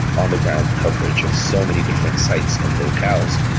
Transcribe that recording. on-the-ground coverage of so many different sites and locales,